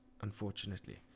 unfortunately